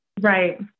right